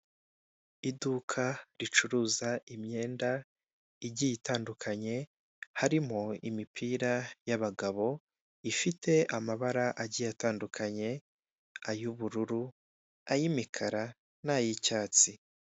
Iduka ricuruza imyenda igiye itandukanye harimo imipira y'abagabo ifite amabara agiye atandukanye ay'ubururu, ay'imikara, nay'icyatsi.